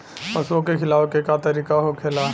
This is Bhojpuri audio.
पशुओं के खिलावे के का तरीका होखेला?